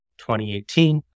2018